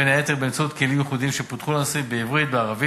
בין היתר באמצעות כלים ייחודיים שפותחו לנושא בעברית ובערבית,